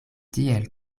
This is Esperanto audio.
tiel